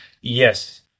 yes